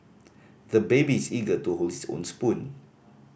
the baby is eager to hold his own spoon